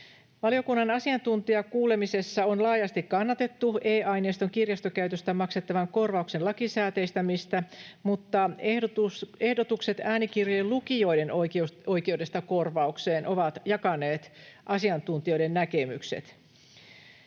Valiokunnan asiantuntijakuulemisessa on laajasti kannatettu e-aineiston kirjastokäytöstä maksettavan korvauksen lakisääteistämistä, mutta ehdotukset äänikirjojen lukijoiden oikeudesta korvaukseen ovat jakaneet asiantuntijoiden näkemykset.